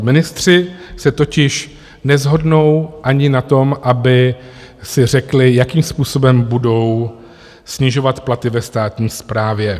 Ministři se totiž neshodnou ani na tom, aby si řekli, jakým způsobem budou snižovat platy ve státní správě.